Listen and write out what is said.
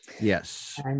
Yes